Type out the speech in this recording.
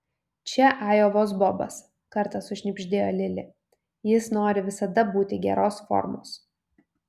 čia ajovos bobas kartą sušnibždėjo lili jis nori visada būti geros formos